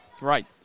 Right